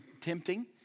tempting